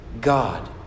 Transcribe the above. God